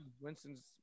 Winston's